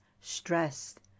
stressed